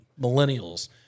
millennials